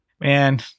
Man